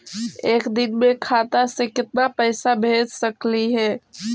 एक दिन में खाता से केतना पैसा भेज सकली हे?